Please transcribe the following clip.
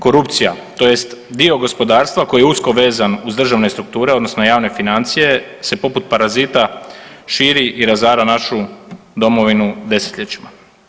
Korupcija, tj. dio gospodarstva koji je usko vezan uz državne strukture, odnosno javne financije se poput parazita širi i razara našu domovinu desetljećima.